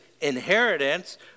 inheritance